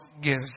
gives